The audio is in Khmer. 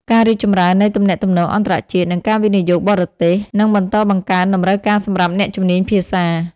ការរីកចម្រើននៃទំនាក់ទំនងអន្តរជាតិ និងការវិនិយោគបរទេស នឹងបន្តបង្កើនតម្រូវការសម្រាប់អ្នកជំនាញភាសា។